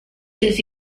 ses